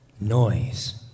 noise